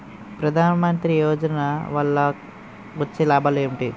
ప్రధాన మంత్రి యోజన వల్ల వచ్చే లాభాలు ఎంటి?